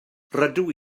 rydw